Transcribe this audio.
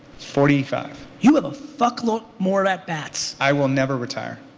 forty five. you have a fuck load more at-bats. i will never retire.